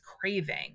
craving